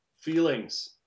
feelings